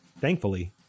Thankfully